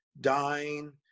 dying